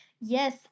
Yes